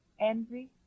envy